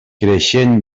creixent